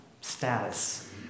status